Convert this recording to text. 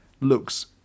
Looks